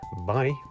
Bye